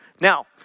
Now